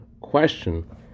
question